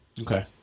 Okay